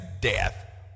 death